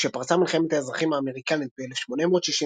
כשפרצה מלחמת האזרחים האמריקנית ב-1861,